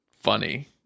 funny